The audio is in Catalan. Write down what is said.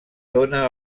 dóna